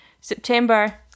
September